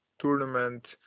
tournament